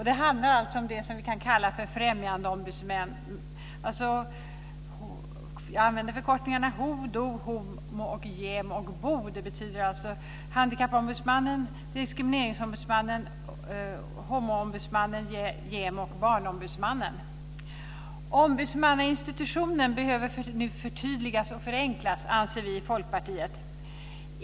Det handlar alltså om det som man kan kalla för främjandeombudsmän. Jag använder förkortningarna HO, DO, Ombudsmannainstitutionen behöver förtydligas och förenklas, anser vi i Folkpartiet.